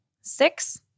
Six